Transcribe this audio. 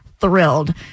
Thrilled